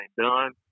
done